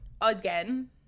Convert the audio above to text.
again